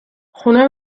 خونه